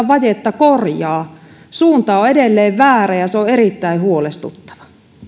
vajetta korjaa suunta on edelleen väärä ja se on erittäin huolestuttava